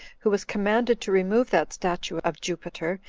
who was commanded to remove that statue of jupiter,